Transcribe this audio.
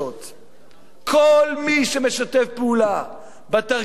כל מי שמשתף פעולה בתרגילים של נתניהו,